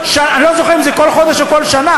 אני לא זוכר אם זה כל חודש או כל שנה,